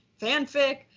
fanfic